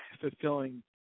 fulfilling